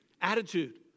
Attitude